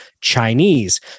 Chinese